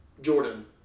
Jordan